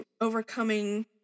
overcoming